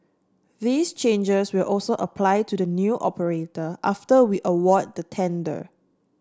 these changes will also apply to the new operator after we award the tender